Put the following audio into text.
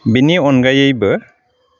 बिनि अनगायैबो